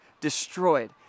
destroyed